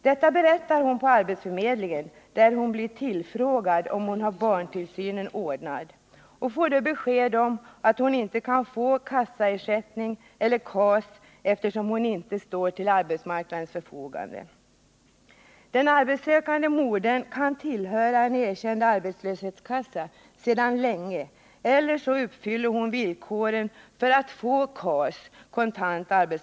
Detta berättar hon på arbetsförmedlingen, när hon blir tillfrågad om hon har barntillsynen ordnad. Hon får då beskedet att hon inte kan få kassaersättning eller kontant arbetsmarknadsstöd , eftersom hon inte står till arbetsmarknadens förfogande. Den arbetssökande modern kan tillhöra en erkänd arbetslöshetskassa sedan länge eller uppfylla villkoren för att få KAS.